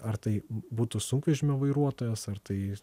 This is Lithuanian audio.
ar tai būtų sunkvežimio vairuotojas ar tai